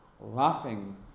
laughing